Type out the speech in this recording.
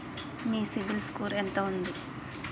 మీ CIBIL score ఎంత ఉంది?